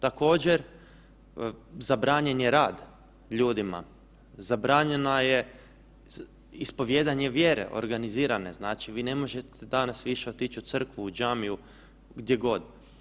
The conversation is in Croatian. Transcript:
Također, zabranjen je rad ljudima, zabranjena je ispovijedanje vjere, organizirane, znači vi ne možete danas više otići u crkvu, u džamiju, gdje god.